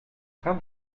train